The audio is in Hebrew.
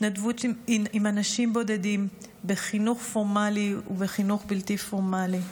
התנדבות עם אנשים בודדים בחינוך פורמלי ובחינוך בלתי פורמלי.